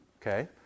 Okay